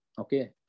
okay